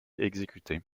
exécutés